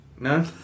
No